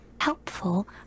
helpful